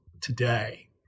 today